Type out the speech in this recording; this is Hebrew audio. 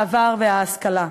העבר וההשכלה.